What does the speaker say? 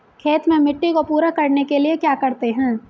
खेत में मिट्टी को पूरा करने के लिए क्या करते हैं?